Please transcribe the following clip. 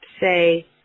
say